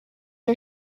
are